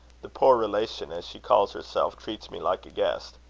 the poor relation, as she calls herself, treats me like a guest.